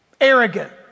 Arrogant